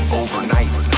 overnight